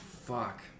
fuck